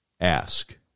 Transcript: ask